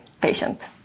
patient